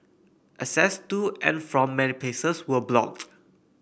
access to and from many places were blocked